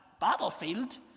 battlefield